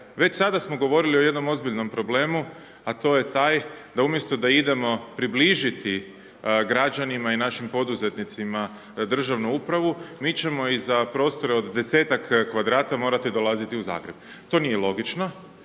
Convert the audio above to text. već sada smo govorili o jednom ozbiljnom problemu, a to je taj da umjesto da idemo približiti građanima i našim poduzetnicima državnu upravu, mi ćemo i za prostore od 10-tak m2 morati dolaziti u Zagreb. To nije logično,